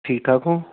ਠੀਕ ਠਾਕ ਹੋ